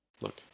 look